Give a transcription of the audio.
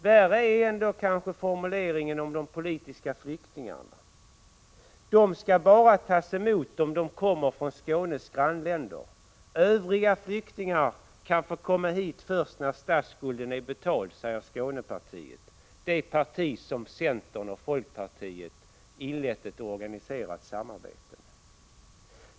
Värre är kanske ändå formuleringarna om de politiska flyktingarna. De skall bara tas emot om de kommer från Skånes grannländer. Övriga flyktingar kan få komma hit först när statsskulden är betald, säger Skånepartiet, det parti som centern och folkpartiet inlett organiserat samarbete med.